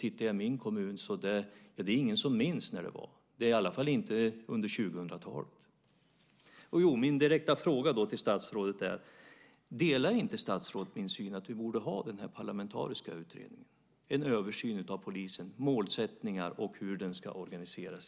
I min kommun är det ingen som minns när det var. Det är i alla fall inte under 2000-talet. Min direkta fråga till statsrådet är: Delar inte statsrådet min syn att vi borde ha den parlamentariska utredningen, en översyn av polisens målsättningar och hur det hela ska organiseras?